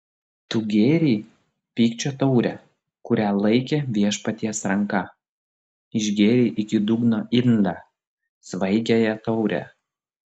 tu gėrei pykčio taurę kurią laikė viešpaties ranka išgėrei iki dugno indą svaigiąją taurę